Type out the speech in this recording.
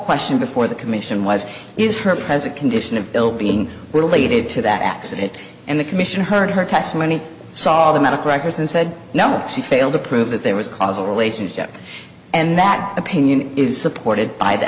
question before the commission was is her present condition of bill being related to that accident and the commission heard her testimony saw the medical records and said no she failed to prove that there was causal relationship and that opinion is supported by the